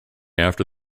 after